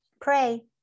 pray